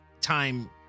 time